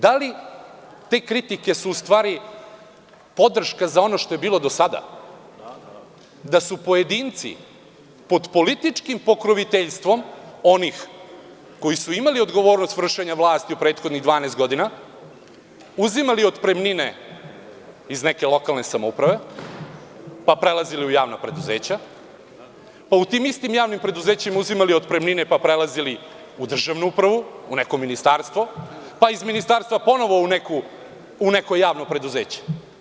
Da li su te kritike u stvari podrška za ono što je bilo do sada, da su pojedinci pod političkim pokroviteljstvom onih koji su imali odgovornost vršenja vlasti u prethodnih 12 godina uzimali otpremnine iz neke lokalne samouprave, pa prelazili u javna preduzeća, pa u tim istim javnim preduzećima uzimali otpremnine pa prelazili u državnu upravu, u neko ministarstvo, pa iz ministarstva ponovo u neko javno preduzeće.